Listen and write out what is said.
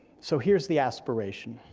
so here's the aspiration